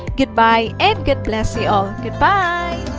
goodbye and god bless! yeah ah goodbye!